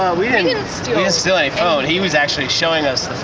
we didn't steal steal any phone. he was actually showing us